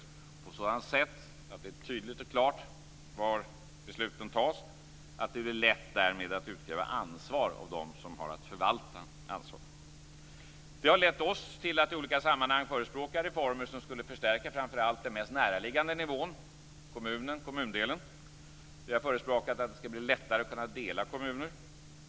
Det skall ske på ett sådant sätt att det är tydligt och klart var besluten fattas så att det därmed blir lätt att utkräva ansvar av dem som har att förvalta ansvar. Detta har lett oss till att i olika sammanhang förespråka reformer som skulle förstärka framför allt den mest näraliggande nivån: kommunen, kommundelen. Vi har förespråkat att det skall bli lättare att kunna dela kommuner.